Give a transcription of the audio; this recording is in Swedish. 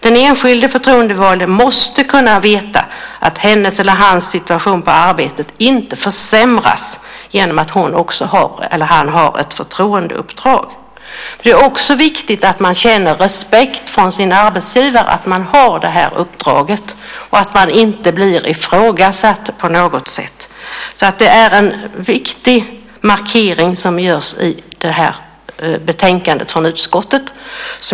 Den enskilde förtroendevalde måste kunna veta att ens situation på arbetet inte försämras genom att man har ett förtroendeuppdrag. Det är också viktigt att man känner respekt från sin arbetsgivare för att man har uppdraget och att man inte blir ifrågasatt. Det är en viktig markering som görs i betänkandet från utskottet.